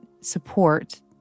support